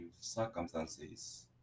circumstances